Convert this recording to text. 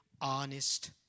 honest